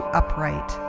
upright